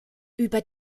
über